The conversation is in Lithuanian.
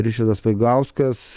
ričardas vaigauskas